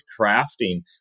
crafting